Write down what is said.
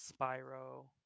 Spyro